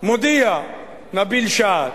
מודיע נביל שעת':